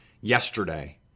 yesterday